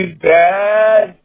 bad